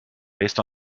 based